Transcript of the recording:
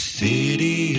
city